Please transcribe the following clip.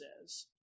says